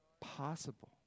possible